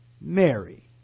Mary